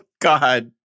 God